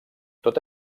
tot